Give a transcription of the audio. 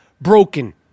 broken